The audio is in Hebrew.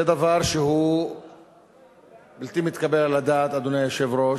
זה דבר שהוא בלתי מתקבל על הדעת, אדוני היושב-ראש.